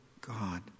God